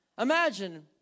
imagine